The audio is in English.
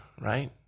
right